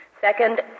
Second